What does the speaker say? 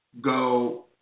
go